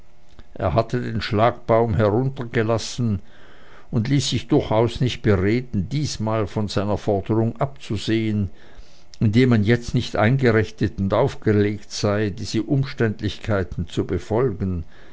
er hatte den schlagbaum heruntergelassen und ließ sich durchaus nicht bereden diesmal von seiner forderung abzustehen indem man jetzt nicht eingerichtet und aufgelegt sei diese umständlichkeiten zu befolgen